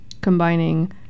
combining